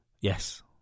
Yes